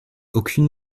aucune